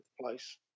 place